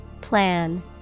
Plan